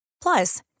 Plus